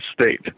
state